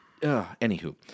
Anywho